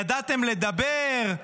ידעתם לדבר,